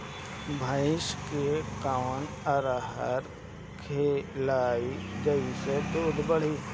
भइस के कवन आहार खिलाई जेसे दूध बढ़ी?